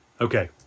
Okay